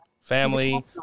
family